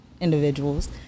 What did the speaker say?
individuals